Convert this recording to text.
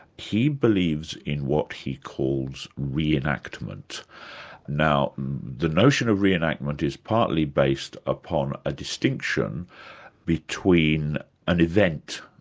he believes in what he calls re-enactment. now the notion of re-enactment is partly based upon a distinction between an event,